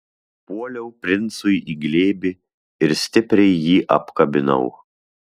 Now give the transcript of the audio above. puoliau princui į glėbį ir stipriai jį apkabinau